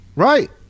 Right